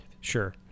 Sure